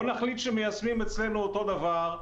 בואו נחליט שמיישמים אצלנו אותו דבר.